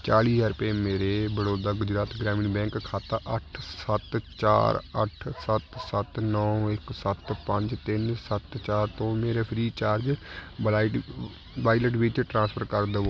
ਚਾਲ੍ਹੀ ਹਜ਼ਾਰ ਰੁਪਏ ਮੇਰੇ ਬੜੌਦਾ ਗੁਜਰਾਤ ਗ੍ਰਾਮੀਣ ਬੈਂਕ ਖਾਤਾ ਅੱਠ ਸੱਤ ਚਾਰ ਅੱਠ ਸੱਤ ਸੱਤ ਨੌ ਇੱਕ ਸੱਤ ਪੰਜ ਤਿੰਨ ਸੱਤ ਚਾਰ ਤੋਂ ਮੇਰੇ ਫ੍ਰੀ ਚਾਰਜ ਵਲਾਇਡ ਵਾਈਲਟ ਵਿੱਚ ਟ੍ਰਾਂਸਫਰ ਕਰ ਦਵੋ